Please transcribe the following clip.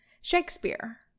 Shakespeare